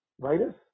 virus